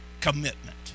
commitment